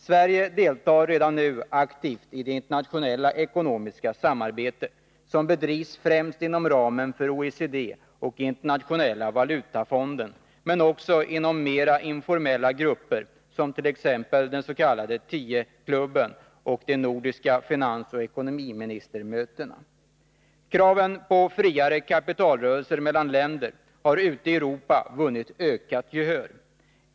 Sverige deltar redan nu aktivt i det internationella ekonomiska samarbetet, som bedrivs främst inom ramen för OECD och internationella valutafonden men också inom mer informella grupper, t.ex. den s.k. 10-klubben och de nordiska finansoch ekonomiministermötena. Kraven på friare kapitalrörelse mellan länder har ute i Europa vunnit ökat gehör.